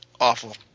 Awful